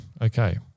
Okay